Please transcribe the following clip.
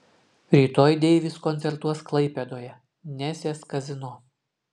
rytoj deivis koncertuos klaipėdoje nesės kazino